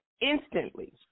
instantly